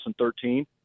2013